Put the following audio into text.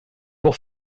pour